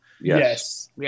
Yes